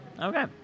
Okay